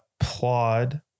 applaud